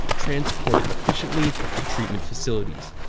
transport it efficiently to treatment facilities.